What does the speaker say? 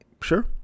Sure